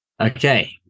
Okay